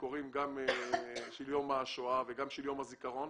גם של יום השואה וגם של יום הזיכרון.